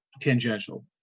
tangential